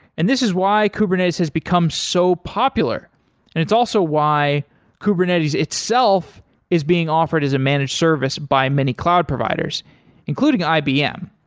and this is why kubernetes has become so popular and it's also why kubernetes itself is being offered as a managed service by many cloud providers including ibm.